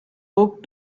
book